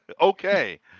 Okay